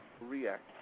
react